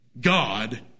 God